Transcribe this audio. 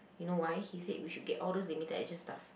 you know why he said we should get all those limited edition stuff